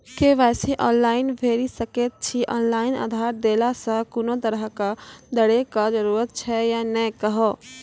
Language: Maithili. के.वाई.सी ऑनलाइन भैरि सकैत छी, ऑनलाइन आधार देलासॅ कुनू तरहक डरैक जरूरत छै या नै कहू?